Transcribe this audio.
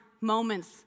Moments